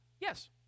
Yes